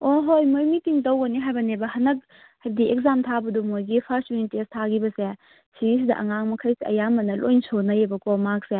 ꯑꯣ ꯍꯣꯏ ꯃꯣꯏ ꯃꯤꯇꯤꯡ ꯇꯧꯒꯅꯤ ꯍꯥꯏꯕꯅꯤꯕ ꯍꯟꯗꯛ ꯍꯥꯏꯗꯤ ꯑꯦꯛꯖꯥꯝ ꯊꯥꯕꯗꯣ ꯃꯣꯏꯒꯤ ꯐꯥꯔꯁ ꯌꯨꯅꯤꯠ ꯇꯦꯁ ꯊꯥꯈꯤꯕꯁꯦ ꯁꯤꯒꯤꯁꯤꯗ ꯑꯉꯥꯡ ꯃꯈꯩꯁꯦ ꯑꯌꯥꯝꯕꯅ ꯂꯣꯏꯅ ꯁꯣꯟꯅꯩꯑꯕꯀꯣ ꯃꯥꯛꯁꯦ